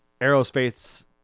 aerospace